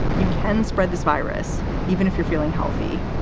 you can spread this virus even if you're feeling healthy.